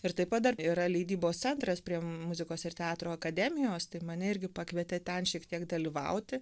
ir taip pat dar yra leidybos centras prie muzikos ir teatro akademijos tai mane irgi pakvietė ten šiek tiek dalyvauti